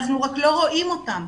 אנחנו רק לא רואים אותם,